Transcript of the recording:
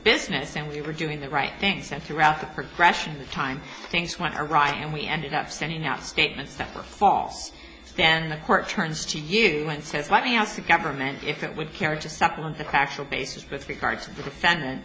business and we were doing the right things and throughout the progression of time things went awry and we ended up sending out statements that were false then in a court turns to you and says let me ask the government if it would care to supplement the casual basis with regard to the defendant